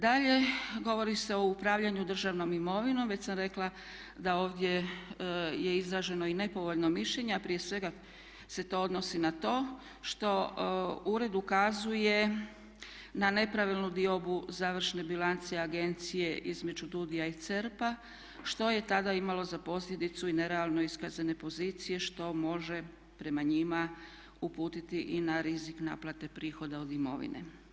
Dalje, govori se o upravljanju državnom imovinom, već sam rekla da ovdje je izraženo i nepovoljno mišljenje a prije svega se to odnosi na to što ured ukazuje na nepravilnu diobu završne bilance i agencije između DUDI-ja i CERP-a što je tada imalo za posljedicu i nerealno iskazane pozicije što može prema njima uputiti i na rizik naplate prihoda od imovine.